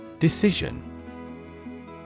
Decision